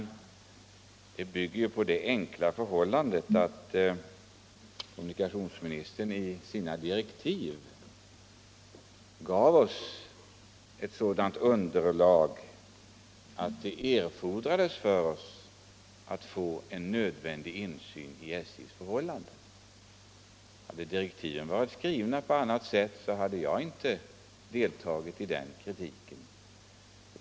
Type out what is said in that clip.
Kritiken bygger således på det enkla förhållandet att det enligt kommunikationsministerns direktiv till utredningen krävdes att vi fick nödvändig insyn i SJ:s förhållanden. Hade direktiven varit skrivna på ett annat sätt, skulle jag inte ha deltagit i den här kritiken.